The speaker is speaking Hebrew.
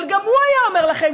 אבל גם הוא היה אומר לכם,